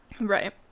Right